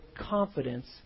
confidence